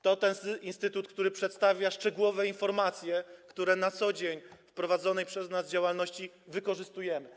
To ten instytut, który przedstawia szczegółowe informacje, które na co dzień w prowadzonej przez nas działalności wykorzystujemy.